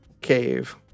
cave